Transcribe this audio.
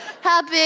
Happy